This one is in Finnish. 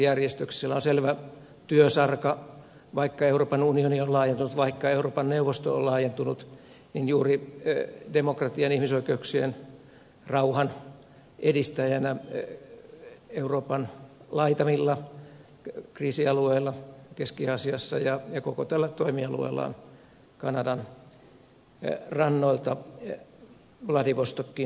sillä on selvä työsarka vaikka euroopan unioni on laajentunut vaikka euroopan neuvosto on laajentunut juuri demokratian ihmisoikeuksien rauhan edistäjänä euroopan laitamilla kriisialueilla keski aasiassa ja koko tällä toimialueellaan kanadan rannoilta vladivostokiin saakka